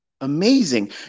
amazing